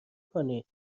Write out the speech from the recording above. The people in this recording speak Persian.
کنید